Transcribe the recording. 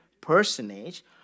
personage